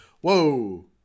whoa